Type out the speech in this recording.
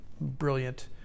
brilliant